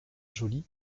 joly